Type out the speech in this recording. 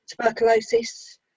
tuberculosis